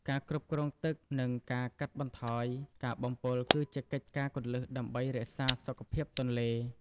ការគ្រប់គ្រងទឹក និងការកាត់បន្ថយការបំពុលគឺជាកិច្ចការគន្លឹះដើម្បីរក្សាសុខភាពទន្លេ។